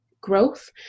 growth